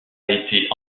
été